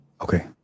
Okay